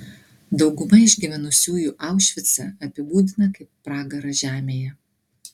dauguma išgyvenusiųjų aušvicą apibūdiną kaip pragarą žemėje